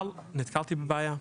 אבל נתקלתי בבעיה.